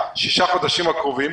שישה החודשים הקרובים,